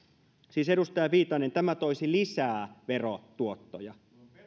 siis edustaja viitanen tämä toisi lisää verotuottoja